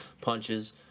punches